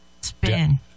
Spin